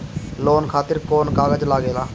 Loan खातिर कौन कागज लागेला?